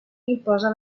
imposa